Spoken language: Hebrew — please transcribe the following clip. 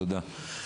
תודה.